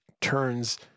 turns